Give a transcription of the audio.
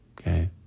Okay